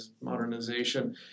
modernization